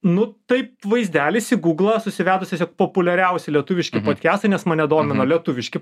nu taip vaizdelis į gūglą susivedus tiesiog populiariausi lietuviški podkestai nes mane domina lietuviški